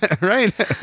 right